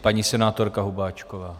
Paní senátorka Hubáčková.